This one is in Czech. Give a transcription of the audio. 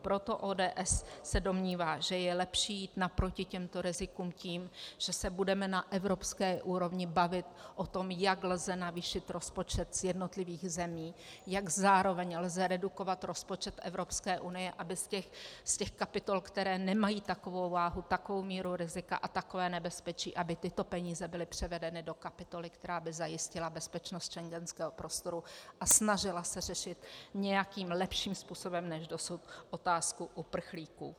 Proto se ODS domnívá, že je lepší jít naproti těmto rizikům tím, že se budeme na evropské úrovni bavit o tom, jak lze navýšit rozpočet z jednotlivých zemí, jak zároveň lze redukovat rozpočet Evropské unie, aby z těch kapitol, které nemají takovou váhu, takovou míru rizika a takové nebezpečí, aby tyto peníze byly převedeny do kapitoly, která by zajistila bezpečnost schengenského prostoru a snažila se řešit nějakým lepším způsobem než dosud otázku uprchlíků.